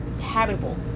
habitable